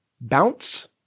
Bounce